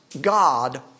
God